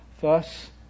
Thus